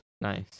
Nice